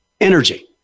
energy